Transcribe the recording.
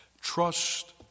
Trust